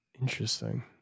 Interesting